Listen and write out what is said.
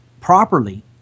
properly